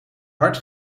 hard